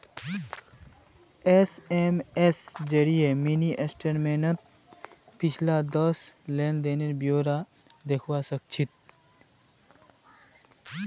SMS जरिए mini स्टेटमेंटत पिछला दस लेन देनेर ब्यौरा दखवा सखछी